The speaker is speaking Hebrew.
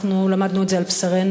אנחנו למדנו את זה על בשרנו.